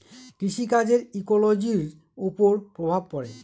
কৃষি কাজের ইকোলোজির ওপর প্রভাব পড়ে